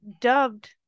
dubbed